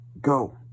go